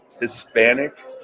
Hispanic